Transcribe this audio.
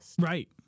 right